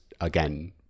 again